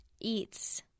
eats